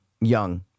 Young